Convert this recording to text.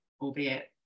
albeit